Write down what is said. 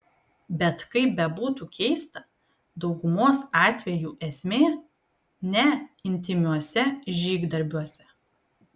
bet kaip bebūtų keista daugumos atvejų esmė ne intymiuose žygdarbiuose